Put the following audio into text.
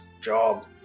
job